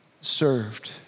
served